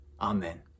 Amen